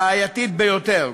בעייתית ביותר.